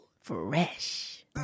Fresh